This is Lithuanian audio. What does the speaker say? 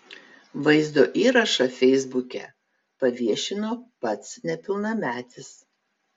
vaizdo įrašą feisbuke paviešino pats nepilnametis